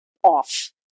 off